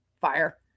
fire